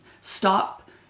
stop